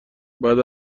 بعد